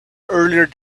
earlier